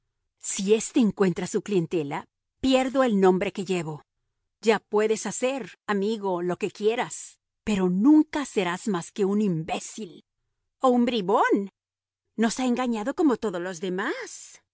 si éste encuentra su clientela pierdo el nombre que llevo ya puedes hacer amigo lo que quieras pero nunca serás más que un imbécil o un bribón nos ha engañado como todos los demás